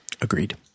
Agreed